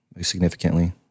Significantly